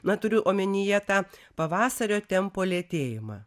na turiu omenyje tą pavasario tempo lėtėjimą